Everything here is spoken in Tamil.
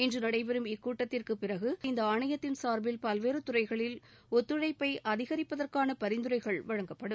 இன்று நடைபெறும் இக்கூட்டத்திற்கு பிறகு இந்த ஆணையத்தின் சார்பில் பல்வேறு துறைகளில் ஒத்துழைப்பை அதிகரிப்பதற்கான பரிந்துரைகள் வழங்கப்படும்